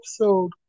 episode